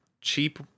cheap